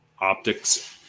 optics